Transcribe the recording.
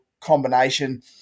combination